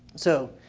so,